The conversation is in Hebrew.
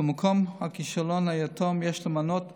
ובמקום הכישלון היתום יש למנות אבא,